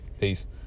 peace